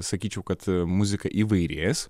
sakyčiau kad muzika įvairės